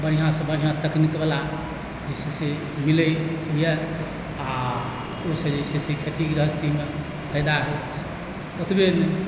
बढ़िआँ सँ बढ़िआँ तकनीकवला जे छै से मिलैए आ ओहिसँ जे छै से खेती गृहस्थीमे फायदा ओतबे नहि